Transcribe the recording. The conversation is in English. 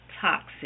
toxic